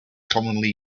commonly